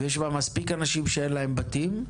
ויש בה מספיק אנשים שאין להם בתים,